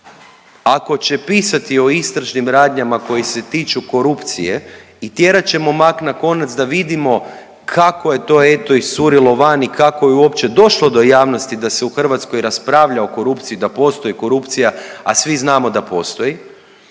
ako će pisati o istražnim radnjama koje se tiču korupcije i tjerat ćemo mak na konac da vidimo kako je to, eto, iscurilo van i kako je uopće došlo do javnosti da se u Hrvatskoj raspravlja o korupciji, da postoji korupcija, a svi znamo da postoji.